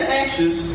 anxious